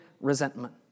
resentment